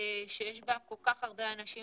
שיש בה כל כך הרבה אנשים